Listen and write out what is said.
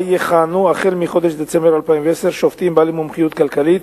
שבה יכהנו החל מחודש דצמבר 2010 שופטים בעלי מומחיות כלכלית,